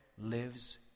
lives